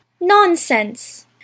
Nonsense